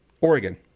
Oregon